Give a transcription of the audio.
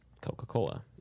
Coca-Cola